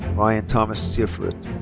ryan thomas sifrit.